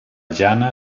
jana